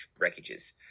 wreckages